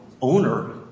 owner